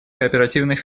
кооперативных